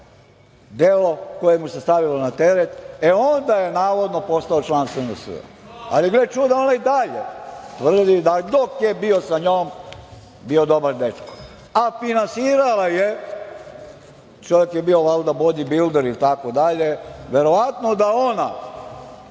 delo koje mu se stavilo na teret, e onda je navodno postao član SNS. Ali gle čuda, ona i dalje tvrdi da je dok je bio sa njom, bio dobar dečko, a finansirala ga je, čovek je bio valjda bodi bilder itd. verovatno da je